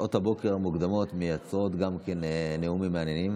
שעות הבוקר המוקדמות מייצרות גם כן נאומים מעניינים.